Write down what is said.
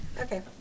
Okay